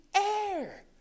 air